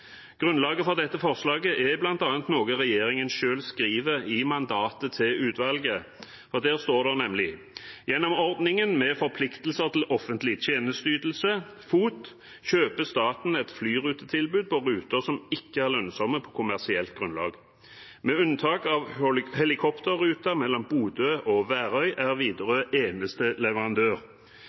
Grunnlaget for dette forslaget er bl.a. noe regjeringen selv skriver i mandatet til utvalget. Der står det nemlig: «Gjennom ordningen med Forpliktelser til offentlig tjenesteytelse kjøper staten et flyrutetilbud på ruter som ikke er lønnsomme på kommersielt grunnlag. Med unntak av helikopterruta mellom Bodø og Værøy er Widerøe eneste leverandør.